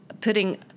putting